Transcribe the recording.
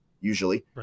usually